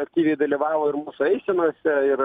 aktyviai dalyvavo ir mūsų eisenose ir